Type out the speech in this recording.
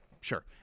sure